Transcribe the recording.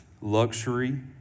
luxury